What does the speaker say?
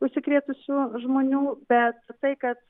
užsikrėtusių žmonių bet tai kad